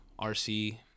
RC